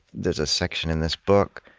there's a section in this book